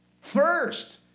first